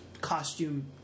costume